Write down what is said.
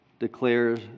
declares